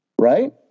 Right